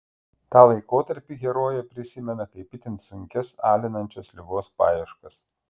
tą laikotarpį herojė prisimena kaip itin sunkias alinančios ligos paieškas